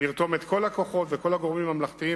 לרתום את כל הכוחות ואת כל הגורמים הממלכתיים,